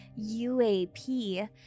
UAP